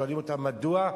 שואלים אותה: מדוע?